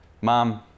mom